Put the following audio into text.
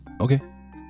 Okay